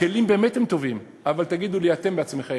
הכלים הם באמת טובים, אבל תגידו לי אתם בעצמכם: